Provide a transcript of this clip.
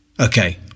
Okay